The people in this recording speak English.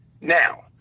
now